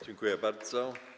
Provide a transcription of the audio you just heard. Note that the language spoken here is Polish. Dziękuję bardzo.